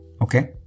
Okay